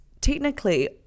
technically